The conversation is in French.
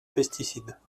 pesticides